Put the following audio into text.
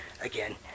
Again